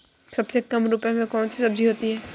सबसे कम रुपये में कौन सी सब्जी होती है?